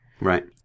Right